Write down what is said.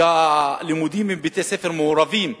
שהלימודים הם בבתי-ספר מעורבים,